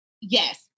Yes